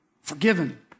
Forgiven